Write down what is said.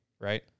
right